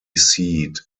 seat